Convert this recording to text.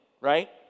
right